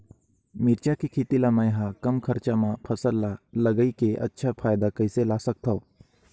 मिरचा के खेती ला मै ह कम खरचा मा फसल ला लगई के अच्छा फायदा कइसे ला सकथव?